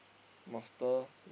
master